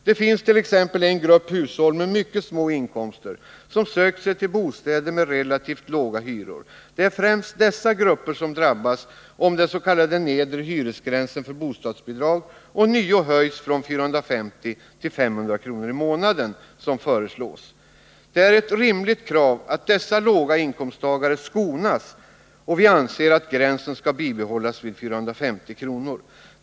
Det finns t.ex. en grupp hushåll med mycket små inkomster som sökt sig till bostäder med relativt låga hyror. Det är främst dessa grupper som drabbas om den s.k. nedre hyresgränsen för bostadsbidrag ånyo höjs från 450 till 500 kr. per månad, som föreslås i budgetpropositionen. Det är ett rimligt krav att dessa människor med låga inkomster skonas, och vi anser att gränsen skall bibehållas vid 450 kr.